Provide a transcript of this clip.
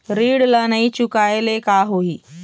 ऋण ला नई चुकाए ले का होही?